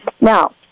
Now